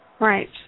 Right